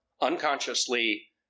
unconsciously